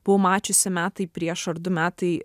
buvau mačiusi metai prieš ar du metai